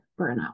burnout